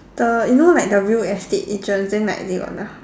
the you know like the real estate agent then like they got the